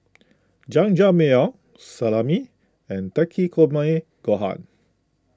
Jajangmyeon Salami and Takikomi Gohan